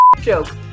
joke